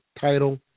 title